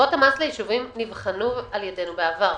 הטבות המס ליישובים נבחנו על ידינו בעבר.